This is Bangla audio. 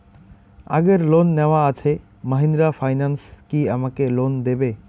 আগের লোন নেওয়া আছে মাহিন্দ্রা ফাইন্যান্স কি আমাকে লোন দেবে?